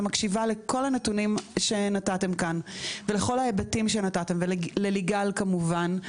ומקשיבה לכל הנתונים שנתתם כאן ולכל ההיבטים שנתתם ולליגל כמובן,